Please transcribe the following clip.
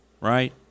right